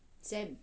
sam